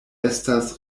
estas